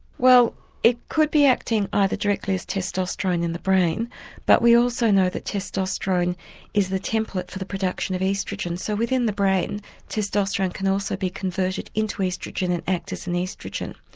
well it could be acting either directly as testosterone in the brain but we also know that testosterone is the template for the production of oestrogen so within the brain testosterone can also be converted into oestrogen and act as and an oestrogen.